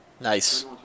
Nice